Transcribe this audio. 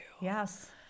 Yes